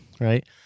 right